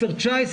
10-19,